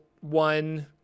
one